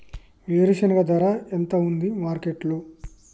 వేరుశెనగ ధర ఎంత ఉంది మార్కెట్ లో?